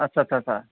आथसा सा सा